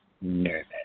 nervous